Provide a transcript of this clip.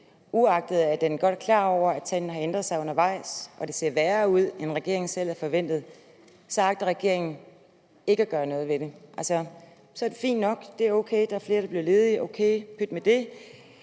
uagtet at den godt er klar over, at tallene har ændret sig undervejs og det ser værre ud, end regeringen selv havde forventet, ikke agter at gøre noget ved det. Det er altså fint nok, det er o.k., at flere bliver ledige, pyt med det,